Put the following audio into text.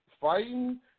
fighting